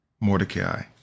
Mordecai